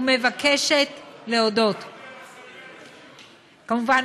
ומבקשת להודות כמובן,